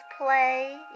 play